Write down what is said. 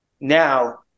now